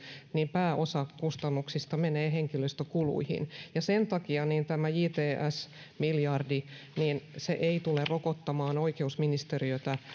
pääosa kustannuksista menee henkilöstökuluihin ja sen takia tämä jts miljardi ei tule rokottamaan oikeusministeriötä